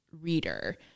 reader